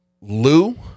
Lou